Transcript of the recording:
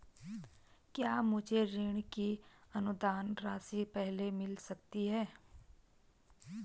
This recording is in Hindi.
क्या मुझे ऋण की अनुदान राशि पहले मिल सकती है?